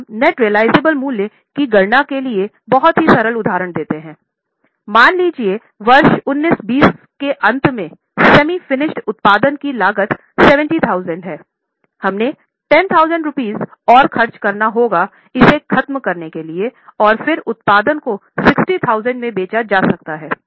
अब हम net realisable उत्पाद की लागत 70000 है हमें 10000 रुपये और खर्च करना होगा इसे खत्म करने के लिए और फिर उत्पाद को 60000 में बेचा जा सकता है